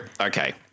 okay